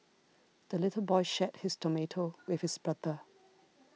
the little boy shared his tomato with his brother